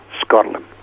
Scotland